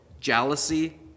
jealousy